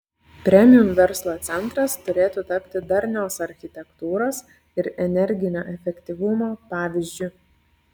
premium verslo centras turėtų tapti darnios architektūros ir energinio efektyvumo pavyzdžiu